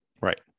Right